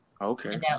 Okay